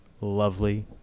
lovely